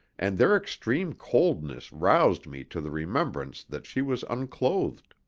and their extreme coldness roused me to the remembrance that she was unclothed.